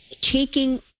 Taking